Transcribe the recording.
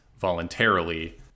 voluntarily